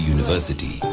University